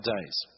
days